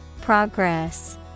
Progress